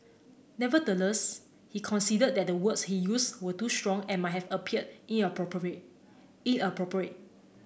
nevertheless he conceded that the words he used were too strong and might have inappropriate